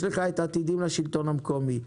יש לך את עתידים לשלטון המקומי,